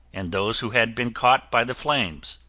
and those who had been caught by the flames,